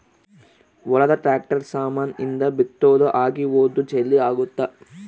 ಹೊಲದ ಟ್ರಾಕ್ಟರ್ ಸಾಮಾನ್ ಇಂದ ಬಿತ್ತೊದು ಅಗಿಯೋದು ಜಲ್ದೀ ಅಗುತ್ತ